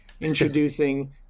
introducing